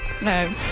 No